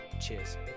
Cheers